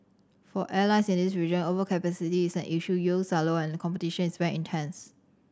for airlines in this region overcapacity is an issue yields are low and competition is very intense